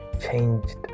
Changed